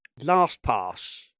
LastPass